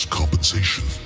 compensation